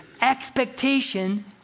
Expectation